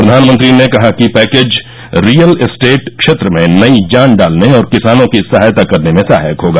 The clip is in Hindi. प्रधानमंत्री ने कहा कि पैकेज रियल इस्टेट क्षेत्र में नई जान डालने और किसानों की सहायता करने में सहायक होगा